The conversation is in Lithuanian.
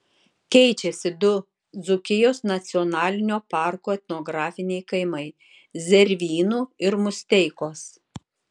keičiasi du dzūkijos nacionalinio parko etnografiniai kaimai zervynų ir musteikos